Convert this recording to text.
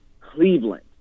Cleveland